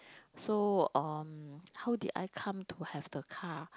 so um how did I come to have the car